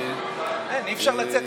וגם אל תחייך,